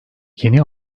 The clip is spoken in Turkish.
yeni